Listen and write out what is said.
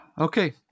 Okay